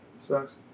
sucks